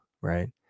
right